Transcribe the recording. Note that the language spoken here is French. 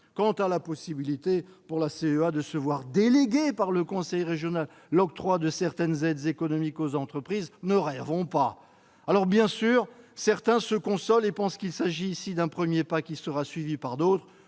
Quant à la possibilité pour la CEA de se voir déléguer par le conseil régional l'octroi de certaines aides économiques aux entreprises, ne rêvons pas ! Bien sûr, certains se consolent et pensent qu'il s'agit d'un premier pas, qui sera suivi par d'autres.